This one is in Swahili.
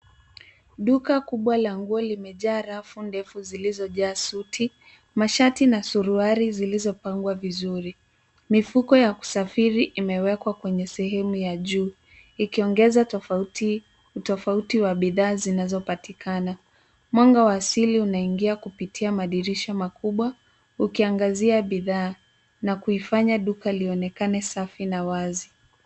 Duka kubwa la nguo limejaa rafu ndefu zilizojaa suti, mashati na suruali zilizopangwa vizuri. Mifuko ya kusafiri imewekwa kwenye sehemu ya juu ikiongeza utofauti wa bidhaa zinazopatikana. Mwanga wa asili unaingia kupitia madirisha makubwa ukiangazia bidhaa na kuifanya duka lionekane safi na wazi.